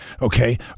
okay